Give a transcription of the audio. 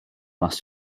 must